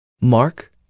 Mark